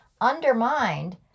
undermined